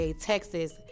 Texas